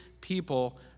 people